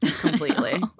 completely